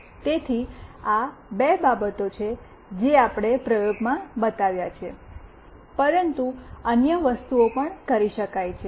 તેથી આ બે બાબતો છે જે આપણે પ્રયોગમાં બતાવ્યા છે પરંતુ અન્ય વસ્તુઓ પણ કરી શકાય છે